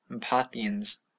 parthians